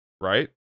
Right